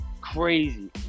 Crazy